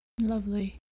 Lovely